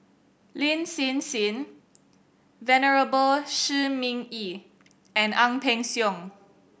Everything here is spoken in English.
Lin Hsin Hsin Venerable Shi Ming Yi and Ang Peng Siong